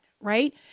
right